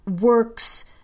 works